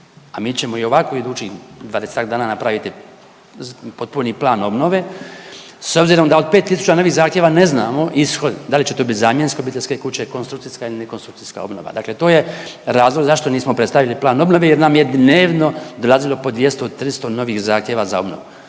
a mi ćemo i ovako u idućih 20-ak dana napraviti potpuni plan obnove s obzirom da od 5 tisuća novih zahtjeva ne znamo ishode, da li će to bit zamjenske obiteljske kuće, konstrukcijska ili rekonstrukcijska obnova. Dakle to je razlog zašto nismo predstavili plan obnove jer nam je dnevno dolazilo po 200-300 novih zahtjeva za obnovu.